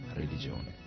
religione